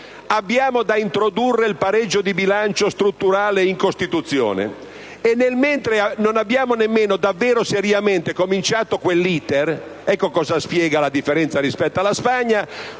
abbiamo da introdurre il pareggio di bilancio strutturale nella Costituzione, non abbiamo nemmeno davvero seriamente cominciato quell'*iter* (ecco cosa spiega la differenza rispetto alla Spagna),